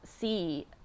see